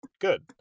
good